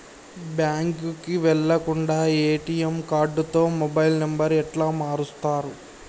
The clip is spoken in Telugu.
బ్యాంకుకి వెళ్లకుండా ఎ.టి.ఎమ్ కార్డుతో మొబైల్ నంబర్ ఎట్ల మారుస్తరు?